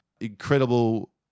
incredible